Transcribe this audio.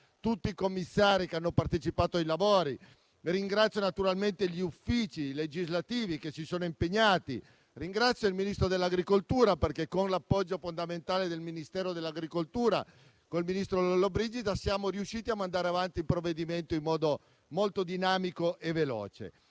tutti i commissari che hanno partecipato ai lavori. Ringrazio naturalmente gli uffici legislativi, che si sono impegnati. Ringrazio il Ministro dell'agricoltura, perché, con l'appoggio fondamentale del Ministero dell'agricoltura e del ministro Lollobrigida, siamo riusciti a mandare avanti il provvedimento in modo molto dinamico e veloce.